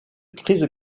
crise